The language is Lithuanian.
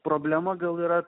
problema gal yra